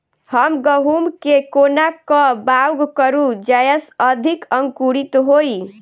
हम गहूम केँ कोना कऽ बाउग करू जयस अधिक अंकुरित होइ?